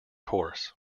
course